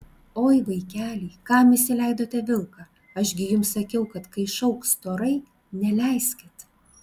oi vaikeliai kam įsileidote vilką aš gi jums sakiau kad kai šauks storai neleiskit